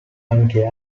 anche